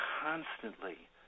constantly